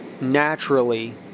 naturally